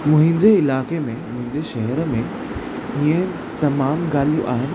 मुंहिंजे इलाइक़े में मुंहिंजे शहर में हीअं तमामु ॻाल्हियूं आहिनि